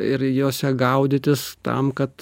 ir juose gaudytis tam kad